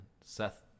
Seth